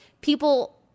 people